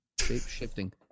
Shape-shifting